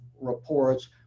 reports